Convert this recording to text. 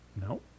No